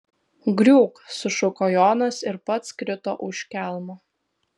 griūk sušuko jonas ir pats krito už kelmo